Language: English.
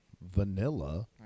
Vanilla